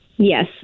Yes